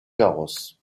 garros